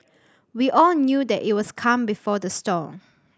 we all knew that it was the calm before the storm